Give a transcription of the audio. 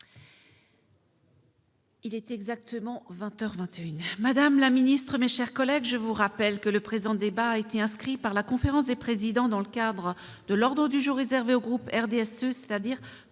de notre population. Madame la ministre, mes chers collègues, je vous rappelle que le présent débat a été inscrit par la conférence des présidents dans le cadre de l'ordre du jour réservé au groupe du RDSE, soit